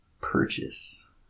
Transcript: purchase